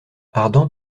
ardent